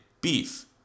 beef